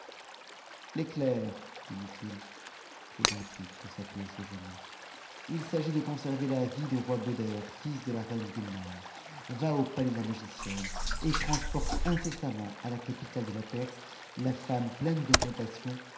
l'ëctair lui dit-il c'est ainsi que s'appelait génie il s'agit de conserver la vie du roi beder fils de la reine utnare va au palais de la magicienne et transporte incessamment à fa capitale de ht perse a femme pleine de compassion